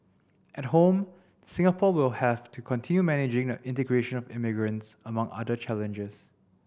at home Singapore will have to continue managing the integration of immigrants among other challenges